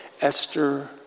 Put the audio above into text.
Esther